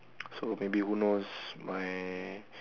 so maybe who knows my